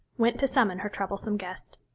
went to summon her troublesome guest.